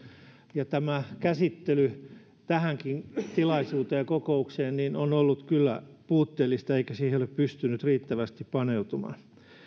ja tämän käsittely tähänkin tilaisuuteen ja kokoukseen on ollut kyllä puutteellista eikä siihen ole pystynyt riittävästi paneutumaan